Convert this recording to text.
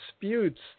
disputes